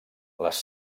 les